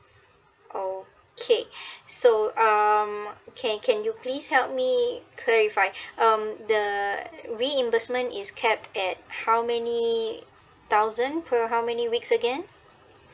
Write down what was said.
okay so um can can you please help me clarify um the reimbursement is capped at how many thousand per how many weeks again